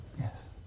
Yes